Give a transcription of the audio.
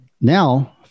now